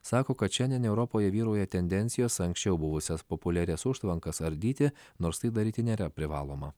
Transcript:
sako kad šiandien europoje vyrauja tendencijos anksčiau buvusias populiarias užtvankas ardyti nors tai daryti nėra privaloma